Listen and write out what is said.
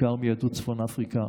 בעיקר מיהדות צפון אפריקה,